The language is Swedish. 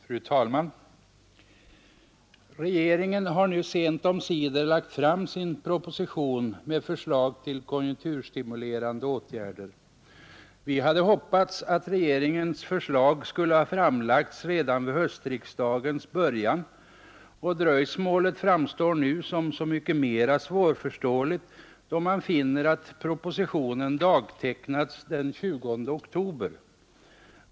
Fru talman! Regeringen har nu sent omsider lagt fram sin proposition med förslag till konjunkturstimulerande åtgärder. Vi hade hoppats att regeringens förslag skulle ha framlagts redan vid höstriksdagens början, och dröjsmålet framstår nu som så mycket mera svårförståeligt, då man finner att propositionen dagtecknats den 20 oktober.